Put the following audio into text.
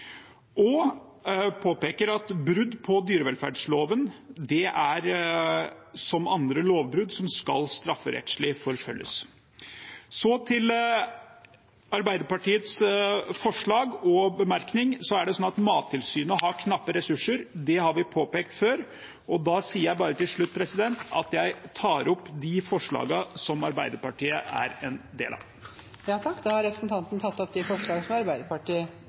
og påpeker at brudd på dyrevelferdsloven skal, som andre lovbrudd, strafferettslig forfølges. Når det gjelder Arbeiderpartiets forslag og bemerkning: Mattilsynet har knappe ressurser. Det har vi påpekt før. Da sier jeg bare til slutt at jeg tar opp de forslagene som Arbeiderpartiet er en del av. Representanten Nils Kristen Sandtrøen har tatt opp de